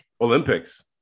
Olympics